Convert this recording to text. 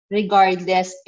regardless